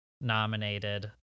nominated